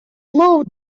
low